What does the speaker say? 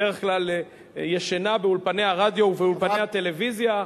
בדרך כלל היא ישנה באולפני הרדיו ובאולפני הטלוויזיה,